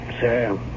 Sir